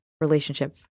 relationship